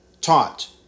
taught